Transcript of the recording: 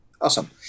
Awesome